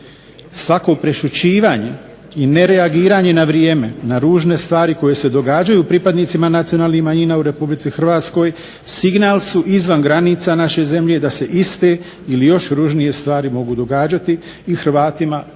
Svako prešućivanje i nereagiranje na vrijeme, na ružne stvari kojima se događaju pripadnicima nacionalnih manjina u RH signal su izvan granica naše zemlje da se iste ili još ružnije stvari mogu događati i Hrvatima koji